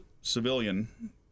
civilian